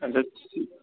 اَچھا